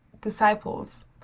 disciples